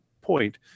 point